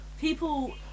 People